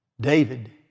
David